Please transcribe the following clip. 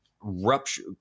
rupture